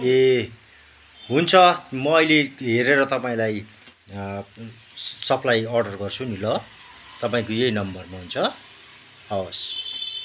ए हुन्छ म अहिले हेरेर तपाईँलाई सप्लाई अर्डर गर्छु नि ल तपाईँको यही नम्बरमा हुन्छ हवस्